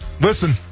Listen